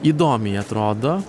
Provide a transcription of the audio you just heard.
įdomiai atrodo